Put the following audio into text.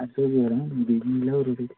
ꯑꯗꯨꯒꯤ ꯑꯣꯏꯔꯝꯒꯅꯤ ꯕꯤꯕꯤ ꯌꯥꯎꯔꯤꯗꯨ